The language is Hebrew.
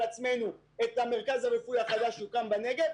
עצמנו את המרכז הרפואי החדש שיוקם בנגב,